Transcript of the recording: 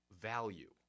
value